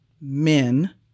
men